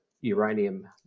uranium